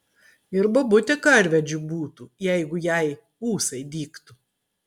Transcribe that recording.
ir bobutė karvedžiu būtų jeigu jai ūsai dygtų